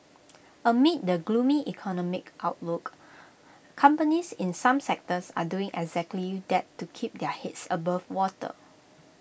amid the gloomy economic outlook companies in some sectors are doing exactly that to keep their heads above water